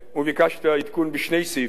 ביקשת עדכון בשני סעיפים.